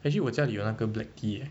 actually 我家里有那个 black tea eh